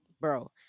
bro